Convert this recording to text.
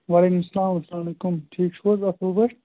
وعلیکُم سَلام اسلام علیکُم ٹھیٖک چھُو حظ اَصٕل پٲٹھۍ